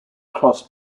crossed